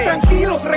tranquilos